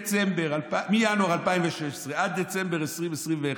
מינואר 2016 עד דצמבר 2021,